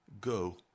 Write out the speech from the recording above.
Go